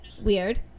weird